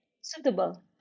suitable